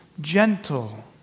gentle